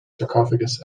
sarcophagus